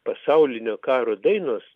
pasaulinio karo dainos